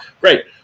Great